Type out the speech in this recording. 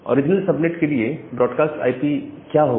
original subnet के लिए broadcast IP क्या होगा